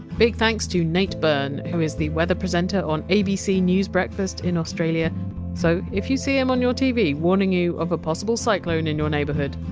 big thanks to nate byrne, who is the weather presenter on abc news breakfast in australia so if you see him on your tv warning you of a possible cyclone in your neighbourhood,